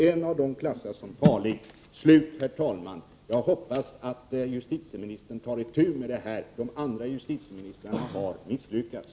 En av dem klassas som farlig.” Jag hoppas att justitieministern tar itu med detta problem. Andra justitieministrar har misslyckats.